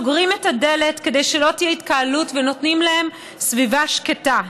סוגרים את הדלת כדי שלא תהיה התקהלות ונותנים להם סביבה שקטה.